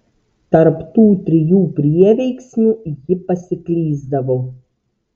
tarp tų trijų prieveiksmių ji pasiklysdavo